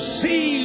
see